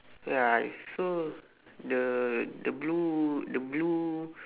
ya so the the blue the blue